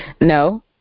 No